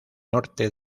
norte